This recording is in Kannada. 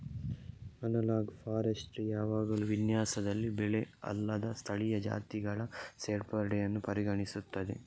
ಅನಲಾಗ್ ಫಾರೆಸ್ಟ್ರಿ ಯಾವಾಗಲೂ ವಿನ್ಯಾಸದಲ್ಲಿ ಬೆಳೆ ಅಲ್ಲದ ಸ್ಥಳೀಯ ಜಾತಿಗಳ ಸೇರ್ಪಡೆಯನ್ನು ಪರಿಗಣಿಸುತ್ತದೆ